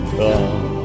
come